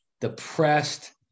depressed